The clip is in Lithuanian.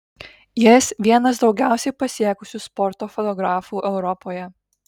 jis vienas daugiausiai pasiekusių sporto fotografų europoje